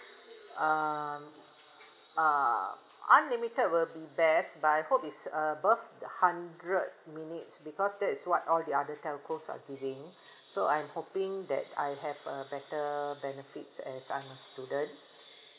um uh unlimited will be best but I hope it's above the hundred minutes because that is what all the other telcos are giving so I'm hoping that I have a better benefits as I am a student